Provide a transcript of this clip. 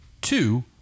two